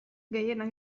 gehienak